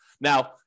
Now